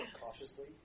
cautiously